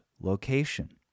location